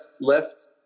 left